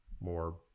more